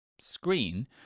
screen